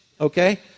okay